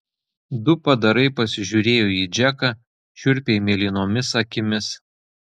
du padarai pasižiūrėjo į džeką šiurpiai mėlynomis akimis